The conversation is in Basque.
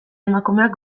emakumeak